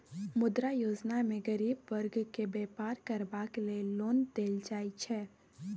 मुद्रा योजना मे गरीब बर्ग केँ बेपार करबाक लेल लोन देल जाइ छै